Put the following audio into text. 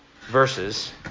verses